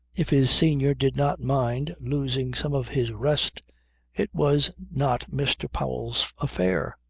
if his senior did not mind losing some of his rest it was not mr. powell's affair.